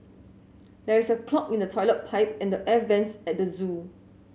there is a clog in the toilet pipe and the air vents at the zoo